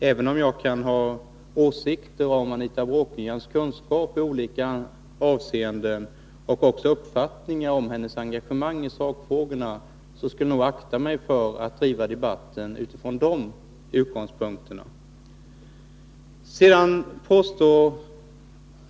Även om jag kan ha åsikter om Anita Bråkenhielms kunskaper i olika avseenden och även uppfattningar om hennes engagemang i sakfrågorna, skulle jag nog akta mig för att driva debatter utifrån de utgångspunkterna.